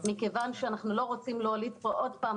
מכיוון שאנחנו לא רוצים להוליד פה עוד פעם